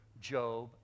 Job